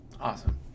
Awesome